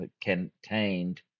contained